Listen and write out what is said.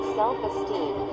self-esteem